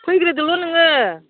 फैग्रोदोल' नोङो